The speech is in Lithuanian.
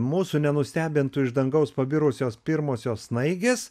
mūsų nenustebintų iš dangaus pabirusios pirmosios snaigės